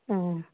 অঁ